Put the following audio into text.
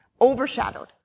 overshadowed